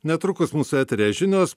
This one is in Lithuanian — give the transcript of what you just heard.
netrukus mūsų eteryje žinios